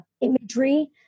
imagery